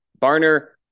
Barner